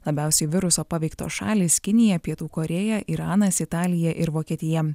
labiausiai viruso paveiktos šalys kinija pietų korėja iranas italija ir vokietija